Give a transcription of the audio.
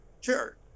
sure